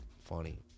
Funny